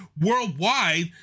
worldwide